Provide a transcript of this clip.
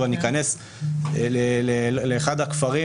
ניכנס לאחד הכפרים